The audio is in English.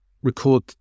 record